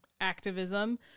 activism